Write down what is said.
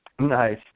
Nice